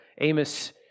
Amos